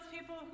people